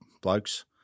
blokes